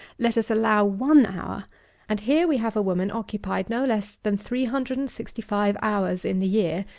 let us allow one hour and here we have a woman occupied no less than three hundred and sixty-five hours in the year,